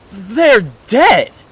they're dead!